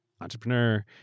entrepreneur